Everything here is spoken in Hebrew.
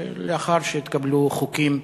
לאחר שהתקבלו חוקים